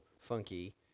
funky